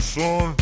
son